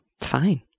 fine